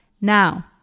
Now